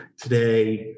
today